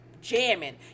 jamming